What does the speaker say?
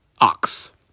ox